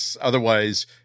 otherwise